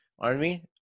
army